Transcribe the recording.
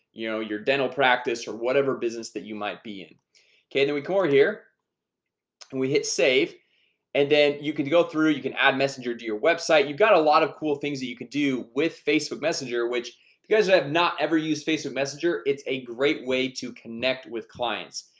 you know your dental practice or whatever business that you might be in okay, then we come over here and we hit save and then you can go through you can add messenger to your website you've got a lot of cool things that you can do with facebook messenger, which because i have not ever used facebook messenger it's a great way to connect with clients.